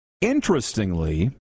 Interestingly